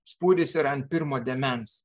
spūdis yra ant pirmo dėmens